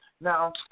Now